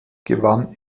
gewann